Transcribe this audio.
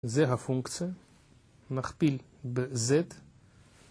זה הפונקציה, נכפיל ב-Z